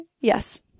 Yes